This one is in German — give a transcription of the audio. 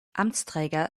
amtsträger